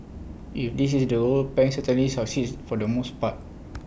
if this is the goal pang certainly succeeds for the most part